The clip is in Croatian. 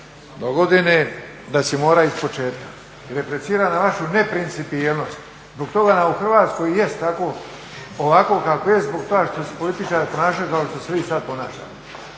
dogodine da će morati ispočetka. I repliciram na vašu neprincipijelnost. Zbog toga nam u Hrvatskoj i jest tako, ovako kako je zbog toga što se političari ponašaju kao što se vi sad ponašate.